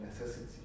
necessity